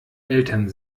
eltern